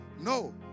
No